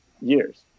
years